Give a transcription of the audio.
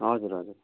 हजुर हजुर